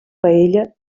paella